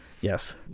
Yes